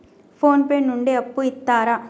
Phone pay నుండి అప్పు ఇత్తరా?